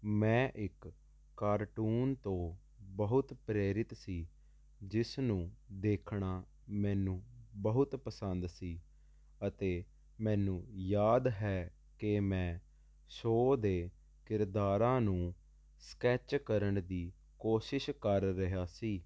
ਮੈਂ ਇੱਕ ਕਾਰਟੂਨ ਤੋਂ ਬਹੁਤ ਪ੍ਰੇਰਿਤ ਸੀ ਜਿਸ ਨੂੰ ਦੇਖਣਾ ਮੈਨੂੰ ਬਹੁਤ ਪਸੰਦ ਸੀ ਅਤੇ ਮੈਨੂੰ ਯਾਦ ਹੈ ਕਿ ਮੈਂ ਸ਼ੋਅ ਦੇ ਕਿਰਦਾਰਾਂ ਨੂੰ ਸਕੈਚ ਕਰਨ ਦੀ ਕੋਸ਼ਿਸ਼ ਕਰ ਰਿਹਾ ਸੀ